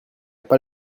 pas